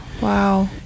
Wow